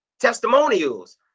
testimonials